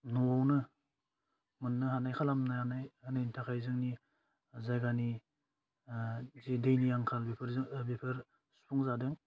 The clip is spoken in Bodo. न'वावनो मोननो हानाय खालामनानै होनायनि थाखाय जोंनि जायगानि ओह जि दैनि आंखाल बेफोरजों बेफोर सुफुंजादों